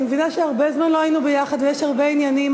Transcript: אני מבינה שהרבה זמן לא היינו ביחד ויש הרבה עניינים,